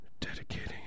Dedicating